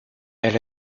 elle